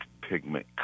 pigment